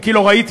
אם כי לא ראיתי,